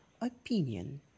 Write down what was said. opinion